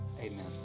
amen